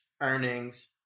earnings